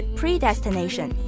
predestination